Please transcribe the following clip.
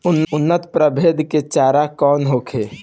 उन्नत प्रभेद के चारा कौन होखे?